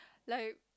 like